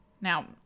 Now